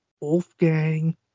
Wolfgang